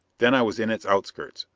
then i was in its outskirts.